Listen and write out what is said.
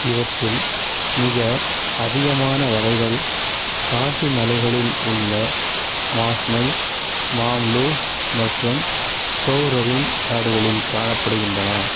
இவற்றில் மிக அதிகமான வகைகள் காசி மலைகளில் உள்ள மாஸ்மை மாம்லூஹ் மற்றும் சோஹ்ரரிம் காடுகளில் காணப்படுகின்றன